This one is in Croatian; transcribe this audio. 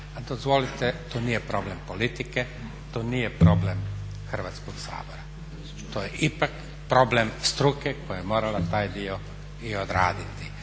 Dozvolite, to nije problem politike, to nije problem Hrvatskog sabora, to je ipak problem struke koja je morala taj dio i odraditi.